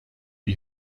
die